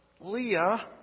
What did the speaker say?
Leah